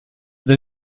than